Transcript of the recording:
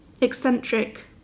eccentric